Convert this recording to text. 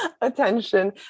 attention